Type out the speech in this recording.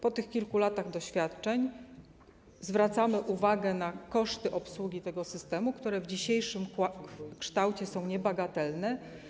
Po kilku latach doświadczeń zwracamy uwagę na koszty obsługi tego systemu, które w dzisiejszym kształcie tego systemu są niebagatelne.